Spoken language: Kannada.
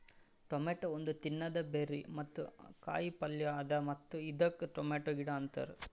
ಟೊಮೇಟೊ ಒಂದ್ ತಿನ್ನದ ಬೆರ್ರಿ ಮತ್ತ ಕಾಯಿ ಪಲ್ಯ ಅದಾ ಮತ್ತ ಇದಕ್ ಟೊಮೇಟೊ ಗಿಡ ಅಂತಾರ್